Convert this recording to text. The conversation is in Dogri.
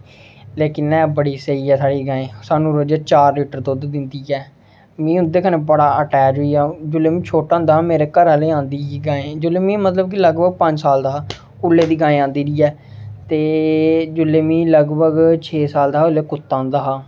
लेकिन ऐ बड़ी स्हेई ऐ साढ़ी गाएं सानूं रोजै दा चार लीटर दुद्ध दिंदी ऐ में उं'दे कन्नै बड़ा अटैच होई गेदा जेल्लै में छोटा होंदा हा मेरे घरे आह्लें आंदी ही गाएं जेल्लै में मतलब कि लगभग पंज साल दा हा ओल्लै दी गाए आंदी दी ऐ ते जेल्लै में लगभग छेऽ सत्त साल दा हा ओल्लै कुत्ता आंदा हा